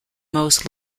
most